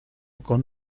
con